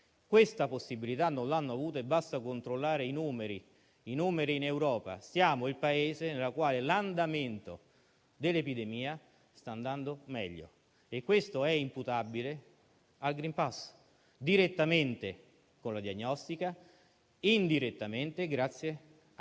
questa possibilità non hanno avuta. Basta controllare i numeri in Europa: siamo il Paese in cui l'andamento dell'epidemia sta andando meglio e questo è imputabile al *green pass,* direttamente con la diagnostica e indirettamente grazie a